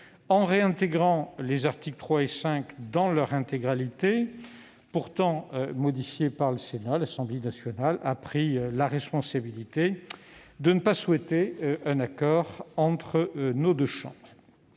En réintégrant les articles 3 et 5 dans leur intégralité, articles pourtant modifiés par le Sénat, l'Assemblée nationale a pris la responsabilité de ne pas permettre un accord entre nos deux chambres.